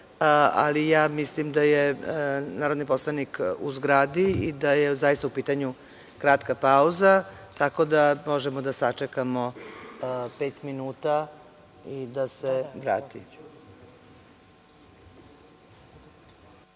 ali ja mislim narodni poslanik u zgradi i da je zaista u pitanju kratka pauza, tako da možemo da sačekamo pet minuta i da se vrati. Ne